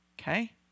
okay